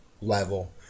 level